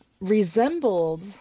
resembled